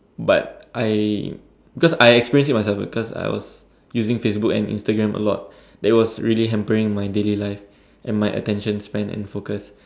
but I because I experience it myself because I was using Facebook and Instagram a lot that it was really hampering my daily life and my attention span and focus